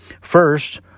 First